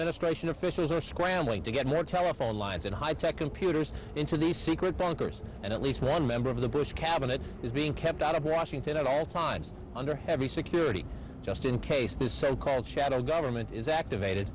administration officials are scrambling to get more telephone lines and high tech computers into the secret bunkers and at least one member of the bush cabinet is being kept out of washington at all times under heavy security just in case this so called shadow government is activated